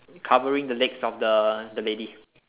covering the legs of the the lady